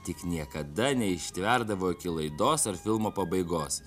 tik niekada neištverdavo iki laidos ar filmo pabaigos